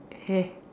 hair